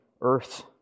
earth